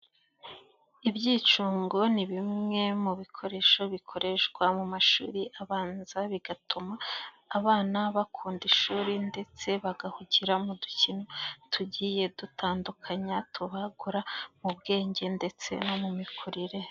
Ibyicungo ni bimwe mu bikoresho bikoreshwa mu mashuri abanza bigatuma abana bakunda ishuri ndetse bagahugira mu dukino tugiye dutandukanya tubakora mu bwenge ndetse no mu mikurire.